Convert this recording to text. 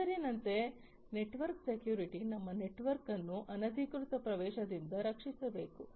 ಹೆಸರಿನಂತೆ network security ನಮ್ಮ network ಅನ್ನು ಅನಧಿಕೃತ ಪ್ರವೇಶದಿಂದ ರಕ್ಷಿಸಬೇಕು